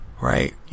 Right